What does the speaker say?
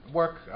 work